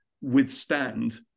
withstand